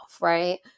right